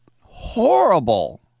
horrible